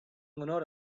honor